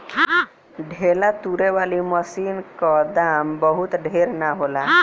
ढेला तोड़े वाली मशीन क दाम बहुत ढेर ना होला